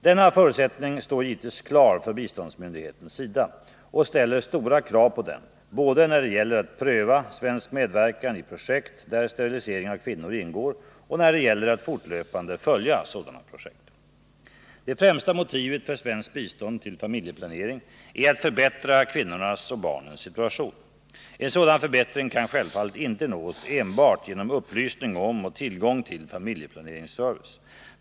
Denna förutsättning står givetvis klar för biståndsmyndigheten, SIDA, och ställer stora krav på den både när det gäller att pröva svensk medverkan i projekt där sterilisering av kvinnor ingår och när det gäller att fortlöpande följa sådana projekt. Det främsta motivet för svenskt bistånd till familjeplanering är att förbättra kvinnornas och barnens situation. En sådan förbättring kan självfallet inte nås enbart genom upplysning om och tillgång till familjeplaneringsservice.